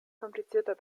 komplizierter